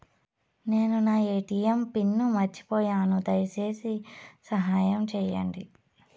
నేను నా ATM pin మర్చిపోయాను, దయచేసి సహాయం చేయండి